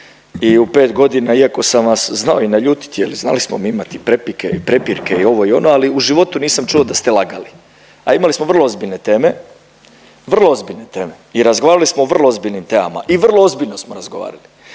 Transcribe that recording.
i u pet godina iako sam vas znao i naljutiti jer znali smo mi imati i prepirke i ovo i ono, ali u životu nisam čuo da ste lagali, a imali smo vrlo ozbiljne teme, vrlo ozbiljne teme i razgovarali smo o vrlo ozbiljnim temama i vrlo ozbiljno smo razgovarali.